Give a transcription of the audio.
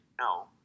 no